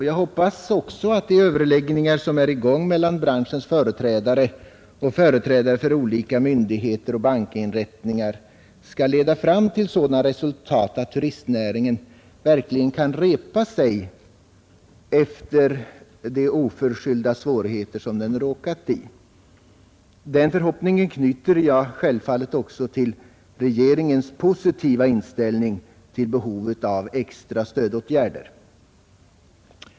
Jag hoppas att de överläggningar som är i gång mellan branschens företrädare och företrädare för olika myndigheter och bankinrättningar skall leda fram till sådana resultat att turistnäringen verkligen kan repa sig efter de oförskyllda svårigheter den råkat i. Denna förhoppning knyter jag självfallet också till regeringens positiva inställning till behovet av extra stödåtgärder.